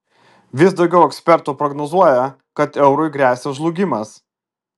vis daugiau ekspertų prognozuoja kad eurui gresia žlugimas